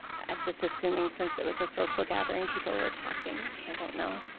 i just assuming since it was a social gathering people were talking. i don't know.